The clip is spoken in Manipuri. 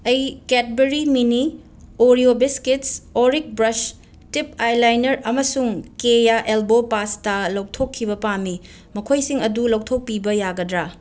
ꯑꯩ ꯀꯦꯗꯕꯔꯤ ꯃꯤꯅꯤ ꯑꯣꯔꯤꯑꯣ ꯕꯤꯁꯀꯤꯠꯁ ꯑꯣꯔꯤꯛ ꯕ꯭ꯔꯁ ꯇꯤꯞ ꯑꯥꯏꯂꯥꯏꯅꯔ ꯑꯃꯁꯨꯡ ꯀꯦꯌꯥ ꯑꯦꯜꯕꯣ ꯄꯥꯁꯇꯥ ꯂꯧꯊꯣꯛꯈꯤꯕ ꯄꯥꯝꯃꯤ ꯃꯈꯣꯏꯁꯤꯡ ꯑꯗꯨ ꯂꯧꯊꯣꯛꯄꯤꯕ ꯌꯥꯒꯗ꯭ꯔꯥ